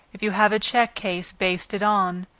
if you have a check case basted on,